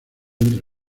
entre